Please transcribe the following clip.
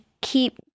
keep